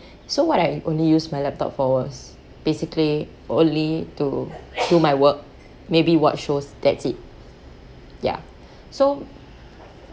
so what I only use my laptop for was basically only to do my work maybe watch shows that's it ya so